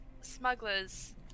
smugglers